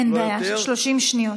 אין בעיה, 30 שניות.